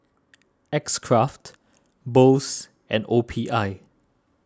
X Craft Bose and O P I